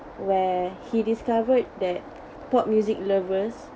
where he discovered that pop music lovers